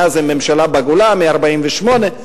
מאז הם ממשלה בגולה, מ-1948,